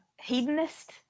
hedonist